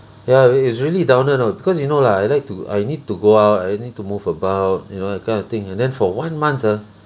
ya it it's really downer know because you know lah I like to I need to go out I need to move about you know that kind of thing and then for one month ah